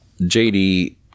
jd